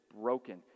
broken